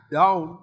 down